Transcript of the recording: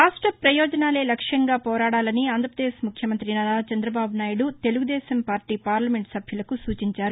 రాష్ట ప్రయోజనాలే లక్ష్యంగా పోరాడాలని ఆంధ్రప్రదేశ్ ముఖ్యమంత్రి నారా చంద్రబాబు నాయుడు తెలుగుదేశం పార్లీ పార్లమెంట్ సభ్యులకు సూచించారు